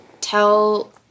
tell